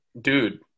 Dude